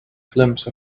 glimpse